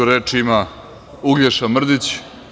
Reč ima Uglješa Mrdić.